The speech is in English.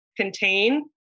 contain